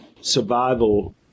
survival